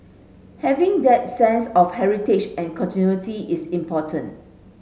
having that sense of heritage and continuity is important